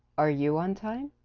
are you on time?